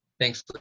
Thanks